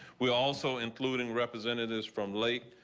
we also including representatives from late.